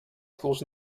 schools